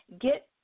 get